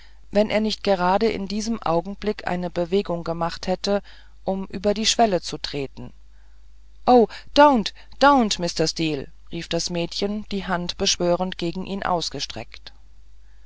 wenn er nicht gerade in diesem augenblick eine bewegung gemacht hätte um über die schwelle zu treten o do'nt do'nt mr steel rief das mädchen die hand beschwörend gegen ihn